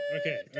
Okay